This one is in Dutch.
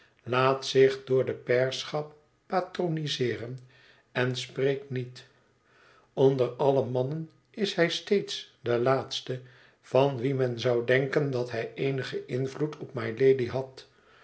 laat zich door de pairschap patro niseeren en spreekt niet onder alle mannen is hij steeds de laatste van wien men zou denken dat hij eenigen invloed op mylady had